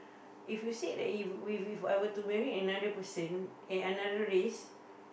if you said that if if If I were to marry another person another race